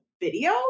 video